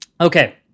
okay